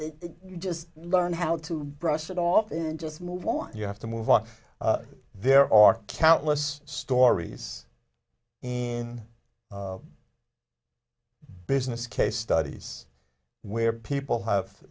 it you just learn how to brush it off and just move on you have to move on there are countless stories in business case studies where people have